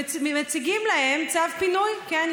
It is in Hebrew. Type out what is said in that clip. ומציגים להם צו פינוי, כן?